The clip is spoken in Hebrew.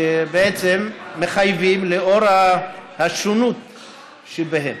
שבעצם מחייבים לאור השונות שבהם.